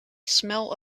smell